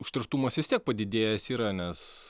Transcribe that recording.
užterštumas vis tiek padidėjęs yra nes